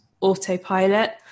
autopilot